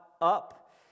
up